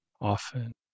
often